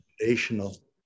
foundational